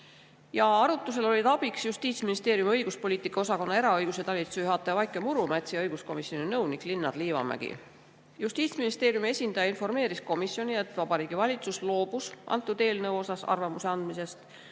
Arutlusel olid abiks Justiitsministeeriumi õiguspoliitika osakonna eraõiguse talituse juhataja Vaike Murumets ja õiguskomisjoni nõunik Linnar Liivamägi. Justiitsministeeriumi esindaja informeeris komisjoni, et Vabariigi Valitsus loobus antud eelnõu kohta arvamuse andmisest,